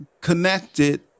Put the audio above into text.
connected